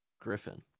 Griffin